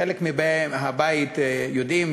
חלק מבאי הבית יודעים,